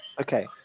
Okay